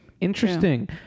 Interesting